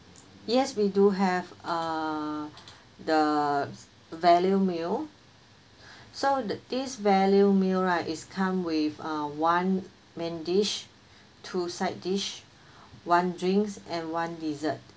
yes we do have uh the value meal so thi~ this value meal right is come with uh one main dish two side dish one drinks and one dessert